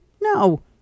No